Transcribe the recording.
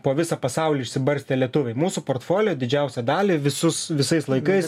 po visą pasaulį išsibarstę lietuviai mūsų portfolio didžiausią dalį visus visais laikais